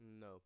No